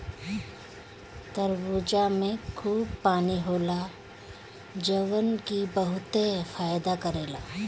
तरबूजा में खूब पानी होला जवन की बहुते फायदा करेला